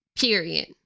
period